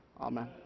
Amen